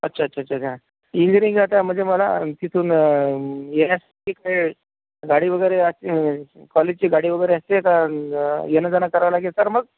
अच्छाच्छाच्छा engineering आता म्हणजे मला तिथून येण्यासाठी काय गाडी वगैरे असते कॉलेजची गाडी वगैरे असते का येणं जाणं करावं लागेल सर मग